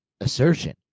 assertion